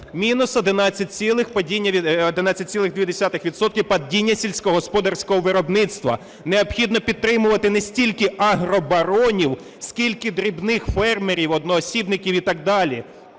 відсотка – падіння сільськогосподарського виробництва, необхідно підтримувати не стільки агробаронів, скільки дрібних фермерів-одноосібників і так далі.